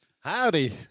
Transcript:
Howdy